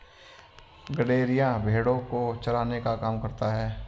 गड़ेरिया भेड़ो को चराने का काम करता है